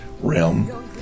realm